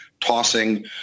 tossing